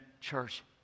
church